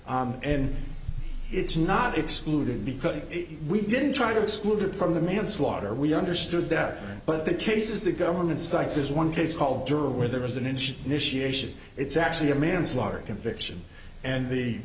word and it's not excluded because we didn't try to exclude it from the manslaughter we understood that but the cases the government sites is one case called dura where there was an inch initiation it's actually a manslaughter conviction and the